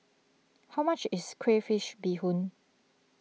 how much is Crayfish BeeHoon